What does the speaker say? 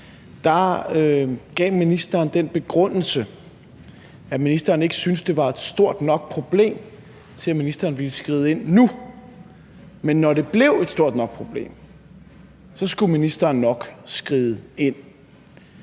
her, gav ministeren den begrundelse, at ministeren ikke syntes, det var et stort nok problem til, at ministeren ville skride ind nu, men når det blev et stort nok problem, skulle ministeren nok skride ind.